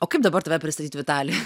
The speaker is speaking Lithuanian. o kaip dabar tave pristatyt vitali